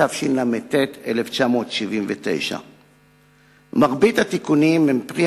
התשל"ט 1979. מרבית התיקונים הם פרי